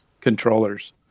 controllers